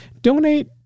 donate